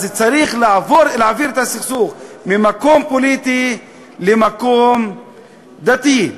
אז צריך להעביר את הסכסוך ממקום פוליטי למקום דתי.